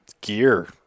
gear